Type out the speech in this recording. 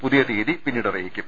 പുതിയ തിയ്യതി പിന്നീട് അറിയിക്കും